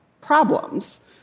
problems